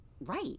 right